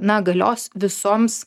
na galios visoms